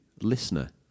listener